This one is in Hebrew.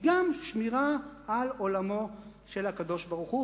היא גם שמירה על עולמו של הקדוש-ברוך-הוא.